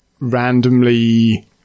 randomly